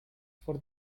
for